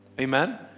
Amen